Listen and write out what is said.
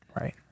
Right